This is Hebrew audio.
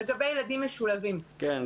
לגבי ילדים משולבים -- כן.